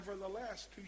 nevertheless